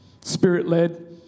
Spirit-led